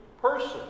person